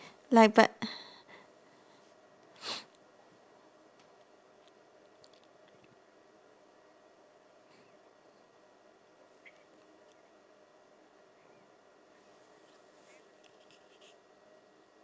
like but